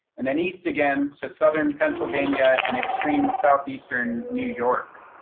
and then east again to southern pennsylvania and extreme southeastern new york.